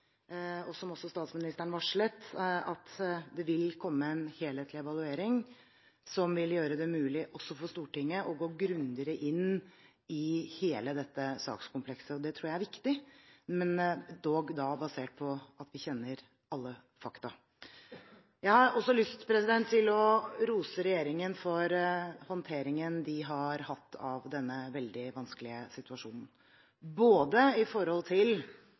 som også statsministeren varslet – at det vil komme en helhetlig evaluering som vil gjøre det mulig også for Stortinget å gå grundigere inn i hele dette sakskomplekset. Det tror jeg er viktig, men dog da basert på at vi kjenner alle fakta. Jeg har lyst til å rose regjeringen for håndteringen av denne veldig vanskelige situasjonen, både når det gjelder kriseberedskap, og når det gjelder håndtering og omsorg i